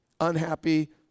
unhappy